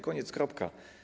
Koniec, kropka.